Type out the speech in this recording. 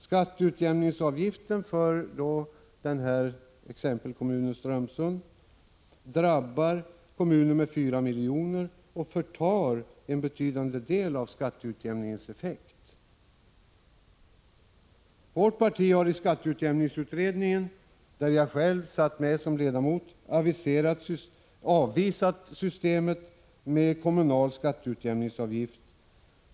Skatteutjämningsavgiften innebär för exempelkommunen Strömsunds del att den drabbas av kostnader på 4 milj.kr., som förtar en betydande del av skatteutjämningens effekt. I avvaktan på en verklig kommunalskattereform har vårt parti i skatteutjämningsutredningen — där jag satt med som ledamot — avvisat systemet med skatteutjämningsavgift.